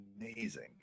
amazing